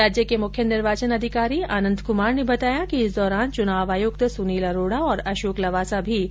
राज्य के मुख्य निर्वाचन अधिकारी आनंद कमार ने बताया कि इस दौरान चुनाव आयुक्त सुनील अरोड़ा और अशोक लवासा भी उनके साथ रहेंगे